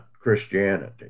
Christianity